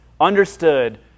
understood